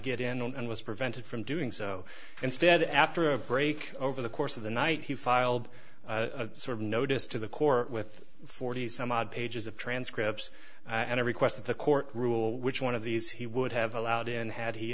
get in and was prevented from doing so instead after a break over the course of the night he filed a sort of notice to the court with forty some odd pages of transcripts and requests that the court rule which one of these he would have allowed in had he